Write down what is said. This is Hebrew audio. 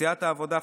סיעת העבודה,